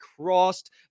crossed